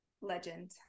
legend